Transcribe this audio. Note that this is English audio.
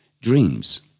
Dreams